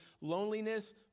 loneliness